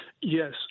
Yes